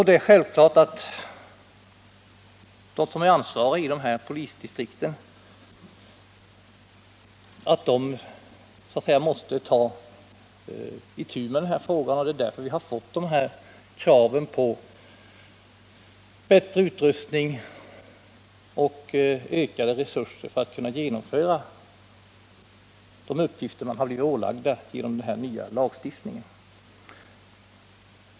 Det är självklart att de som är ansvariga i de berörda polisdistrikten så att säga måste ta itu med frågan. Det är för att man skall kunna fullgöra de uppgifter som man har blivit ålagd genom den nya lagstiftningen som dessa krav på bättre utrustning och större resurser har framställts.